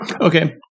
okay